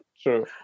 True